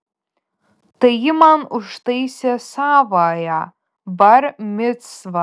tai ji man užtaisė savąją bar micvą